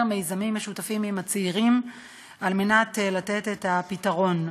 מיזמים משותפים עם הצעירים כדי לתת פתרון,